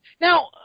Now